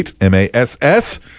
M-A-S-S